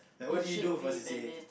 like what do you do for C_C_A